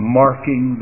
marking